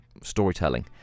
storytelling